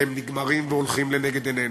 והם נגמרים והולכים לנגד עינינו.